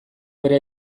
bere